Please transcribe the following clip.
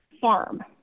farm